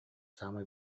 саамай